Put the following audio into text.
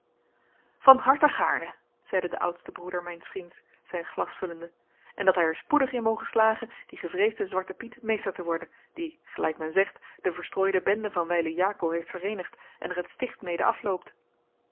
van harte gaarne zeide de oudste broeder mijns vriends zijn glas vullende en dat hij er spoedig in moge slagen dien gevreesden zwarten piet meester te worden die gelijk men zegt de verstrooide bende van wijlen jaco heeft vereenigt en er het sticht mede afloopt